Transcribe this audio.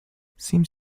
seems